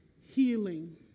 healing